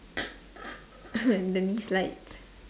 the knee slides